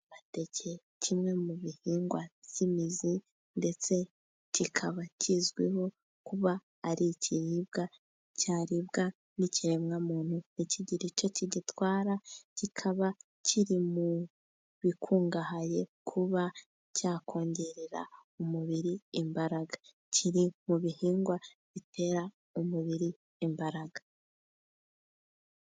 Amateke kimwe mu bihingwa by'imizi, ndetse kikaba kizwiho kuba ari ikiribwa cyaribwa n'ikiremwamuntu ntikigire icyo kigitwara, kikaba kiri mu bikungahaye kuba cyakongerera umubiri imbaraga, kiri mu bihingwa bitera umubiri imbaraga.